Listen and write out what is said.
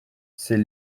c’est